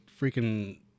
freaking